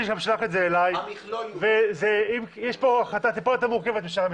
יש פה החלטה יותר מורכבת.